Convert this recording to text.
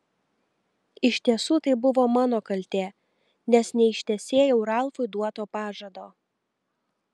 iš tiesų tai buvo mano kaltė nes neištesėjau ralfui duoto pažado